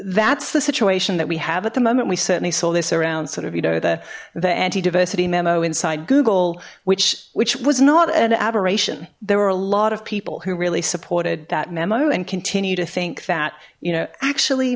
that's the situation that we have at the moment we certainly saw this around sort of you know the the anti diversity memo inside google which which was not an aberration there are a lot of people who really supported that memo and continued to think that you know actually